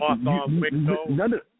None